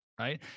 right